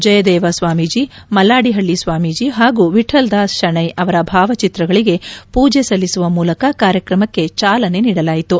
ಜಯದೇವ ಸ್ವಾಮೀಜಿ ಮಲ್ವಾಡಿಹಳ್ಳಿ ಸ್ವಾಮೀಜಿ ಹಾಗೂ ವಿಠಲದಾಸ್ ಶಷ್ವೆ ಅವರ ಭಾವಚಿತ್ರಗಳಿಗೆ ಪೂಜೆ ಸಲ್ಲಿಸುವ ಮೂಲಕ ಕಾರ್ಯಕ್ರಮಕ್ಕೆ ಚಾಲನೆ ನೀಡಲಾಯಿತು